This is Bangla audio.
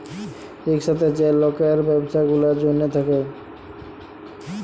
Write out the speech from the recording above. ইকসাথে যে লকের ব্যবছা গুলার জ্যনহে থ্যাকে